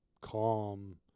calm